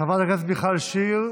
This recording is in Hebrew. חברת הכנסת מיכל שיר,